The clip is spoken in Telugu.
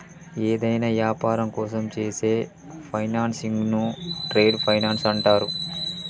యేదైనా యాపారం కోసం చేసే ఫైనాన్సింగ్ను ట్రేడ్ ఫైనాన్స్ అంటరు